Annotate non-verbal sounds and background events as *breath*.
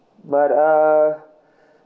but uh *breath*